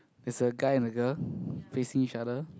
there's a guy and a girl facing each other